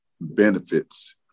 benefits